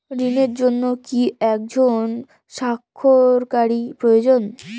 ঋণের জন্য কি একজন স্বাক্ষরকারী প্রয়োজন?